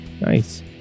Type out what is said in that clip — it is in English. Nice